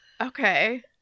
Okay